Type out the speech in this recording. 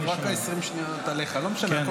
היו שני אנשים בחדר,